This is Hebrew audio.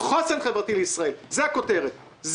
חוסן חברתי לישראל זאת הכותרת,